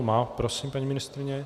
Má. Prosím, paní ministryně.